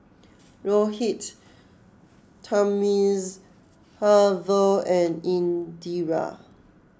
Rohit Thamizhavel and Indira